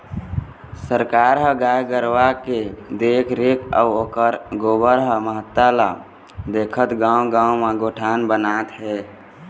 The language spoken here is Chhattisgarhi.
सरकार ह गाय गरुवा के देखरेख अउ ओखर गोबर के महत्ता ल देखत गाँव गाँव म गोठान बनात हे